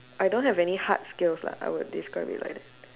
I don't have any hard skills lah I will describe it like